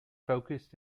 focused